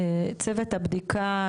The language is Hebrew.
צוות הבדיקות,